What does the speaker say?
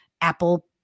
Apple